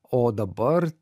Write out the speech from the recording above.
o dabar